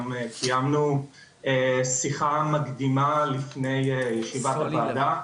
קיימנו שיחה מקדימה לפני ישיבת הוועדה,